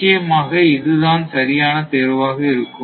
நிச்சயமாக இது தான் சரியான தேர்வாக இருக்கும்